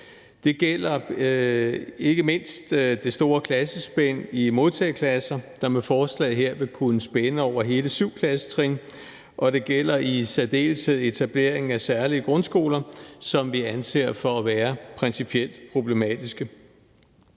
Det gælder ikke mindst det store klassespænd i modtageklasser, der med forslaget her vil kunne spænde over hele syv klassetrin, og det gælder i særdeleshed etableringen af særlige grundskoler, som vi anser for at være principielt problematiske.